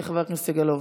חבר הכנסת סגלוביץ'.